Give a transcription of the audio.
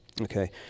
Okay